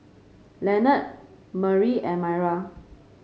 Lenord Murry and Maira